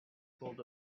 called